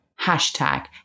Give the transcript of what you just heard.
hashtag